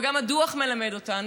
וגם הדוח מלמד אותנו,